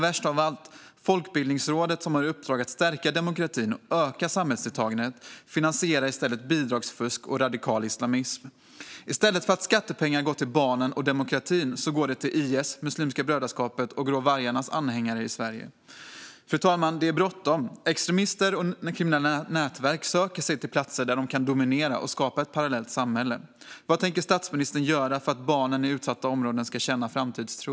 Värst av allt: Folkbildningsrådet, som har i uppdrag att stärka demokratin och öka samhällsdeltagandet, finansierar bidragsfusk och radikal islamism. I stället för att skattepengar går till barnen och demokratin går de till IS, Muslimska brödraskapets och Grå vargarnas anhängare i Sverige. Fru talman! Det är bråttom. Extremister och kriminella nätverk söker sig till platser där de kan dominera och skapa ett parallellt samhälle. Vad tänker statsministern göra för att barnen i utsatta områden ska känna framtidstro?